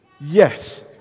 Yes